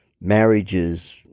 marriages